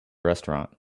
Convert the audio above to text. restaurant